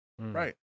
Right